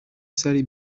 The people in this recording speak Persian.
سری